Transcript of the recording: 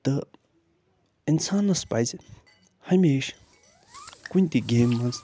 تہٕ اِنسانَس پَزِ ہَمیشہٕ کُنہِ تہِ گٮ۪مہِ منٛز